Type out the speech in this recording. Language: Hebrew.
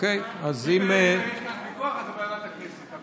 אוקיי אבל אם יש כאן ויכוח, אז לוועדת הכנסת.